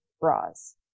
bras